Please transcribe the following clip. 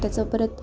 त्याच्या परत